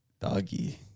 doggy